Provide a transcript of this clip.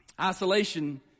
Isolation